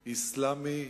אסלאמי,